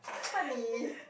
honey